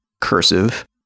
cursive